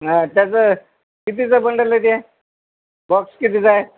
हां त्याचं कितीचं बंडल आहे ते बॉक्स कितीचं आहे